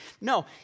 No